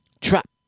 Trap